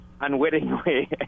unwittingly